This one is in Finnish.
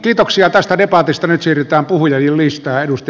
kiitoksia tästä debatista nyt siirrytään puhujalistaan